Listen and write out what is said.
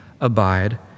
abide